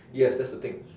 yes that's the thing